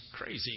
crazy